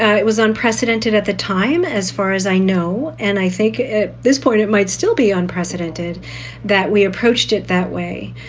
and it was unprecedented at the time, as far as i know. and i think at this point it might still be unprecedented that we approached it that way.